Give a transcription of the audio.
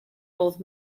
both